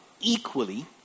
equally